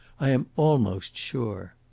i am almost sure.